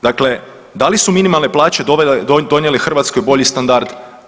Dakle, da li su minimalne plaće donijele Hrvatskoj bolji standard?